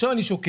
עכשיו אני שוקל,